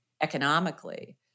economically